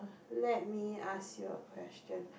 let me ask you a question